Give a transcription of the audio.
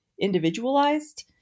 individualized